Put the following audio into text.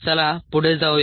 चला पुढे जाऊया